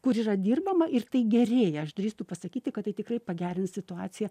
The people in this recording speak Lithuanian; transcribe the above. kur yra dirbama ir tai gerėja aš drįstu pasakyti kad tai tikrai pagerins situaciją